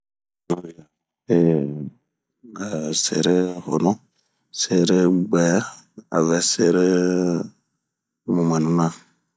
zunya heyɛ a sere honu, serebwɛɛ aŋɛ sere mugwɛnu na